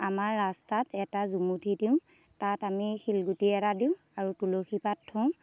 আমাৰ ৰাস্তাত এটা জুমুঠি দিওঁ তাত আমি শিলগুটি এটা দিওঁ আৰু তুলসী পাত থওঁ